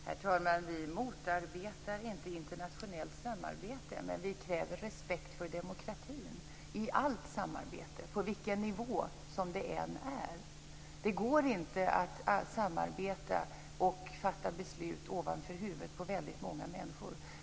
Herr talman! Vi motarbetar inte internationellt samarbete, men vi kräver respekt för demokratin i allt samarbete på vilken nivå det än är. Det går inte att samarbeta och fatta beslut ovanför huvudet på väldigt många människor.